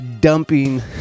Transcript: dumping